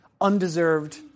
undeserved